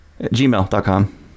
gmail.com